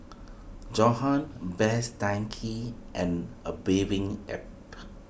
Johan Best Denki and A Bathing Ape